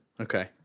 Okay